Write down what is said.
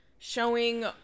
Showing